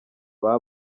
baba